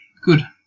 Good